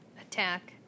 attack